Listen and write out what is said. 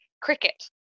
cricket